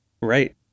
right